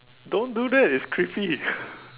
don't do that it's creepy